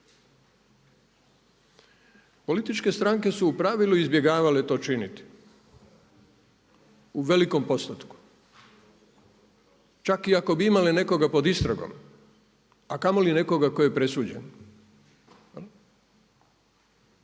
Političke stranke su u pravilu izbjegavale to činiti, u velikom postotku. Čak i ako bi imale nekoga pod istragom, a kamoli nekoga tko je presuđen.